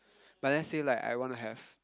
but let's say like I wanna have